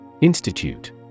Institute